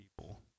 people